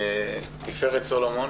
תפארת סולומון,